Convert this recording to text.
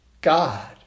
God